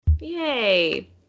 Yay